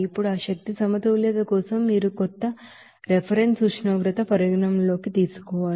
ఇప్పుడు ఆ energy balance కోసం మీరు కొంత రిఫరెన్స్ ఉష్ణోగ్రతను పరిగణనలోకి తీసుకోవాలి